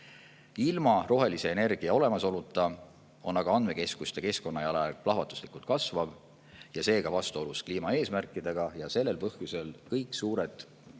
Ilma rohelise energia olemasoluta on aga andmekeskuste keskkonnajalajälg plahvatuslikult kasvav ja seega vastuolus kliimaeesmärkidega. Sellel põhjusel kõik suured